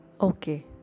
Okay